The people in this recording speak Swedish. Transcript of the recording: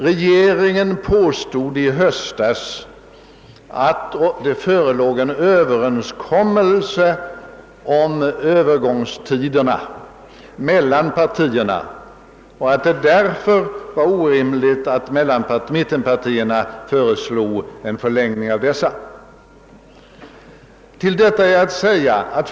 Regeringen påstod i höstas att det förelåg en överenskommelse mellan partierna om Öövergångstiderna och att det därför var orimligt att mittenpartierna föreslog en förlängning av dessa. Till detta vill jag säga följande.